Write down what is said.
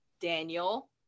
daniel